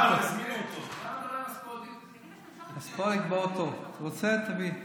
אז בוא, רוצה, תביא.